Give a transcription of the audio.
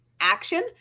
action